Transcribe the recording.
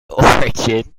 origin